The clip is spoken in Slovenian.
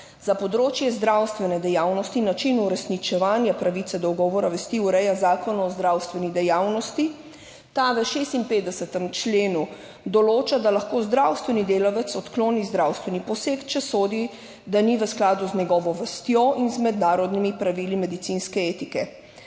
za področje zdravstvene dejavnosti. Način uresničevanja pravice do ugovora vesti ureja Zakon o zdravstveni dejavnosti. Ta v 56. členu določa, da lahko zdravstveni delavec odkloni zdravstveni poseg, če sodi, da ni v skladu z njegovo vestjo in z mednarodnimi pravili medicinske etike.